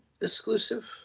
exclusive